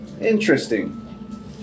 interesting